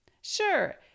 Sure